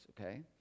okay